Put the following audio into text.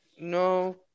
No